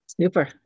Super